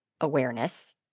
awareness